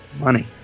Money